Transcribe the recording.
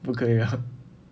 不可以 ah